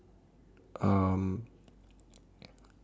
um